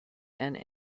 and